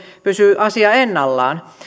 pysyy ennallaan